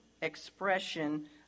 expression